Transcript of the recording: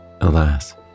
Alas